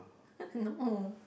I don't know